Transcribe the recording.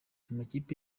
amakipe